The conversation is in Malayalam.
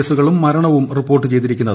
കേസുകളും മരണവും റിപ്പോർട്ട് ചെയിതിരിക്കുന്നത്